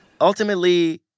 Ultimately